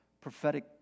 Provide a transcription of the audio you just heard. prophetic